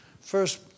First